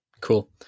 cool